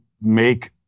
make